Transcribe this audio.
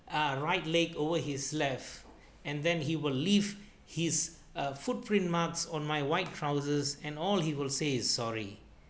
ah right leg over his left and then he will leave his uh footprint marks on my white trousers and all he will say is sorry